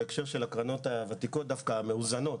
בהקשר דווקא של הקרנות הוותיקות המאוזנות,